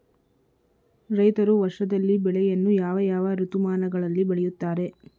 ರೈತರು ವರ್ಷದಲ್ಲಿ ಬೆಳೆಯನ್ನು ಯಾವ ಯಾವ ಋತುಮಾನಗಳಲ್ಲಿ ಬೆಳೆಯುತ್ತಾರೆ?